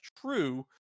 true